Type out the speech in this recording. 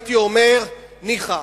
הייתי אומר ניחא,